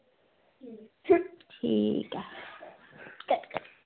ठीक ऐ